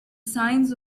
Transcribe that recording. signs